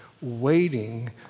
waiting